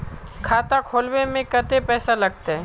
खाता खोलबे में कते पैसा लगते?